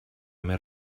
més